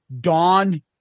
Dawn